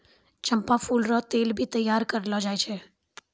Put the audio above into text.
चंपा फूल रो तेल भी तैयार करलो जाय छै